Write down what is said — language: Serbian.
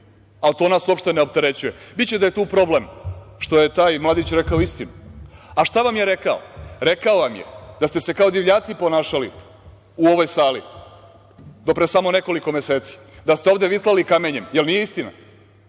ali to nas uopšte ne opterećuje. Biće da je tu problem što je taj mladić rekao istinu.A šta vam je rekao? Rekao vam je da ste se kao divljaci ponašali i u ovoj sali do pre samo nekoliko meseci, da ste ovde vitlali kamenjem. Jel nije istina?